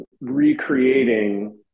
recreating